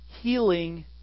healing